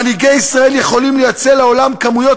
מנהיגי ישראל יכולים לייצא לעולם כמויות